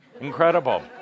incredible